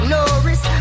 Norris